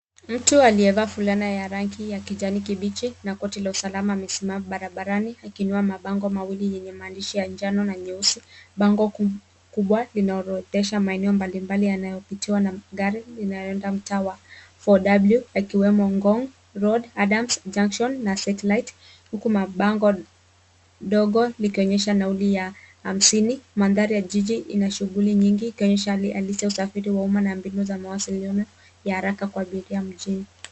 Mtu aliyevaa fulana ya rangi ya kijani kibichi na koti la usalama amesimama barabarani akiinua mabango mawili yenye maandishi ya njano na nyeusi. Bango kubwa linaorodhesha maeneo mbalimbali yanayopitiwa na gari linaloenda mtaa wa 4W, akiwemo Ngong' Road, Adams Junction na Satellite, huku mabango dogo likionyesha nauli ya hamsini. Mandhari ya jiji ina shughuli nyingi, ikionyesha hali halisi ya usafiri wa umma na mbinu za mawasiliano ya haraka kwa abiria mjini.